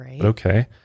okay